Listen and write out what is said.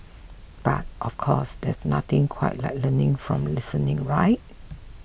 but of course there's nothing quite like learning from listening right